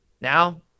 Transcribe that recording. Now